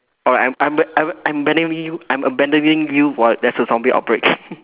oh I'm I'm I'm I'm abandoning you I'm abandoning you while there's a zombie outbreak